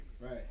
Right